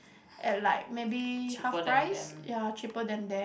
at like maybe half price ya cheaper than them